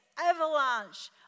avalanche